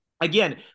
again